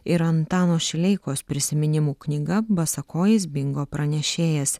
ir antano šileikos prisiminimų knyga basakojis bingo pranešėjas